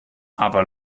aber